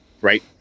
right